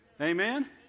Amen